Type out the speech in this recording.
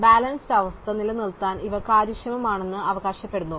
balanced അവസ്ഥ നിലനിർത്താൻ ഇവ കാര്യക്ഷമമാണെന്ന് ഞങ്ങൾ അവകാശപ്പെടുന്നു